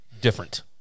different